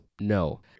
No